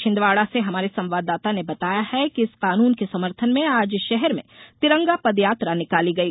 छिंदवाड़ा से हमारे संवाददाता ने बताया है कि इस कानून के समर्थन में आज शहर में तिरंगा पदयात्रा निकाली गई